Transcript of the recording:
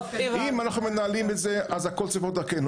אם אנחנו מנהלים את זה אז הכול צריך להיות דרכנו,